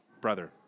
brother